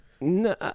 No